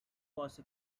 was